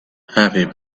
happy